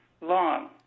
long